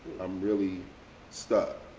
i'm really stuck.